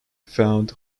found